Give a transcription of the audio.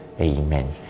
Amen